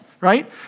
right